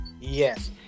yes